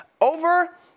over